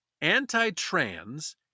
anti-trans